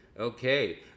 Okay